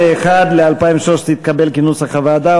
סעיף 51, ל-2013, התקבל כנוסח הוועדה.